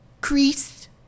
Creased